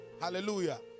Hallelujah